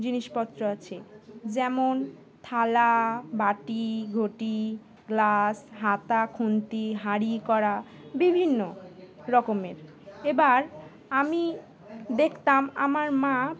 জিনিসপত্র আছে যেমন থালা বাটি ঘটি গ্লাস হাতা খুন্তি হাঁড়ি কড়া বিভিন্ন রকমের এবার আমি দেখতাম আমার মা